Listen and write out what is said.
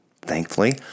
Thankfully